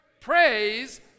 Praise